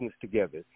together